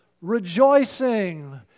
rejoicing